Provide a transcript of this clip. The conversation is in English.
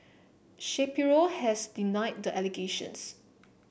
Shapiro has denied the allegations